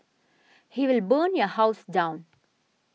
he will burn your house down